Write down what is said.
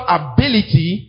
ability